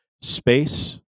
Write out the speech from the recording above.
space